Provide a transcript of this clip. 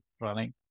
running